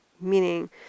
Meaning